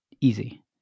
easy